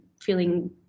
feeling